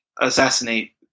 assassinate